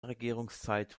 regierungszeit